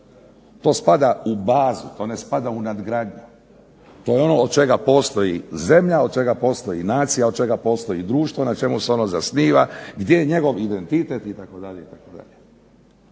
To spada u bazu, to ne spada u nadgradnju, to je ono od čega postoji zemlja, od čega postoji nacija, od čega postoji društvo, na čemu se ono zasniva, gdje je njegov identitet itd.,